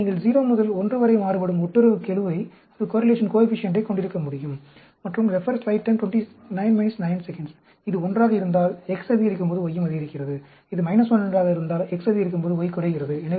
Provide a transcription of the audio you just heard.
எனவே நீங்கள் 0 முதல் 1 வரை மாறுபடும் ஒட்டுறவுக்கெழுவை கொண்டிருக்க முடியும் மற்றும் இது 1 ஆக இருந்தால் X அதிகரிக்கும் போது Y யும் அதிகரிக்கிறது இது - 1 ஆக இருந்தால் X அதிகரிக்கும் போது Y குறைகிறது